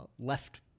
left